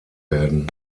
werden